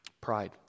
pride